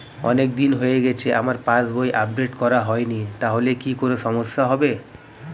অনেকদিন হয়ে গেছে আমার পাস বই আপডেট করা হয়নি তাহলে কি কোন সমস্যা হবে?